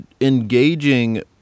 engaging